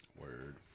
word